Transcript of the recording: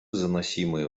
заносимое